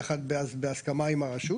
יחד עם הסכמה עם הרשות,